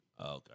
Okay